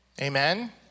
Amen